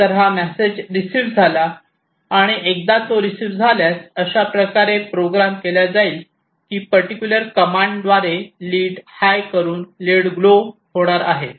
तर हा message receive झाला आणि एकदा तो रिसीव झाल्यास अशा प्रकारे प्रोग्राम केला जाईल की पर्टिक्युलर कमांड द्वारे लीड हाय करून लीड ग्लोव होणार आहे